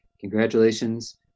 congratulations